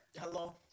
hello